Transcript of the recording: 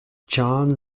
john